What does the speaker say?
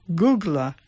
Google